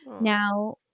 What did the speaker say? Now